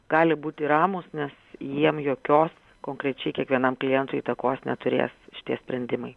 gali būti ramūs nes jiem jokios konkrečiai kiekvienam klientui įtakos neturės šitie sprendimai